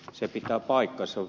se pitää paikkansa